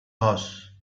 horse